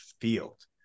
field